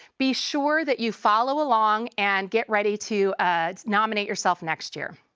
be sure that you follow along and get ready to nominate yourself next year.